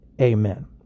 amen